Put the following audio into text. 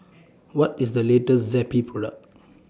What IS The latest Zappy Product